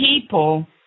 people